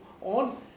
on